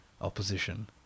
opposition